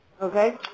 Okay